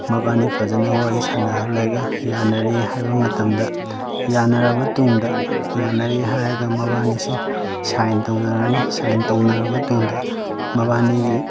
ꯃꯕꯥꯅꯤ ꯐꯖꯅ ꯋꯥꯔꯤ ꯁꯥꯟꯅꯍꯜꯂꯒ ꯌꯥꯅꯔꯦ ꯍꯥꯏꯕ ꯃꯇꯝꯗ ꯌꯥꯅꯔꯕ ꯇꯨꯡꯗ ꯌꯥꯅꯔꯦ ꯍꯥꯏꯔꯒ ꯃꯕꯥꯅꯤꯁꯤ ꯁꯥꯏꯟ ꯇꯧꯅꯔꯅꯤ ꯁꯥꯏꯟ ꯇꯧꯅꯔꯕ ꯇꯨꯡꯗ ꯃꯕꯥꯅꯤꯒꯤ